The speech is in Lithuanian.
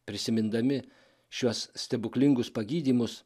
prisimindami šiuos stebuklingus pagydymus